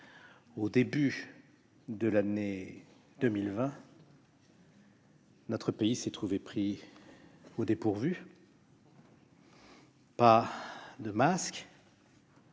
au début de l'année 2020, notre pays s'est trouvé pris au dépourvu : pas de masques,